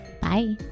bye